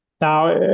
Now